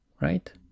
right